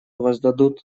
воздадут